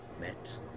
met